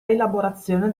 elaborazione